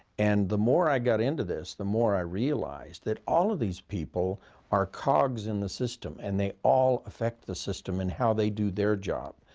and the more i got into this, the more i realized that all of these people are cogs in the system, and they all affect the system in how they do their job.